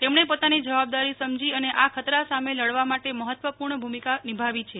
તેમણે પોતાની જવાબદારી સમજી અને આ ખતરા સામે લડવા માટે મહત્વપૂર્ણ ભૂમિકા નિભાવી છે